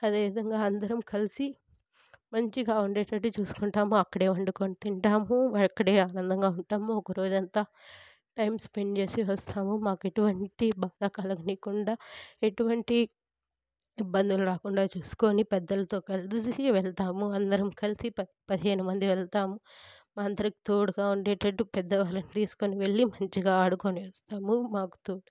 అదేవిధంగా అందరం కలిసి మంచిగా ఉండేటట్టు చూసుకుంటాము అక్కడే వండుకొని తింటాము అక్కడే ఆనందంగా ఉంటాము ఒకరోజు అంతా టైం స్పెండ్ చేసి వస్తాము మాకు ఎటువంటి బాధ కలగనీయకుండా ఎటువంటి ఇబ్బందులు రాకుండా చూసుకొని పెద్దలతో కలిసి వెళ్తాము అందరం కలిసి పది పదిహేను మంది వెళ్తాము అందరికీ తోడుగా ఉండేటట్టు పెద్దవాళ్ళని తీసుకొని వెళ్ళి మంచిగా ఆడుకొని వస్తాము మాకు తోడు